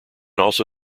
also